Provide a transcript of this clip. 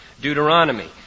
Deuteronomy